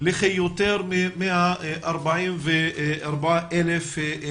הצורך החיוני לספק אמצעי קצה ליותר מ-144,000 ילדים.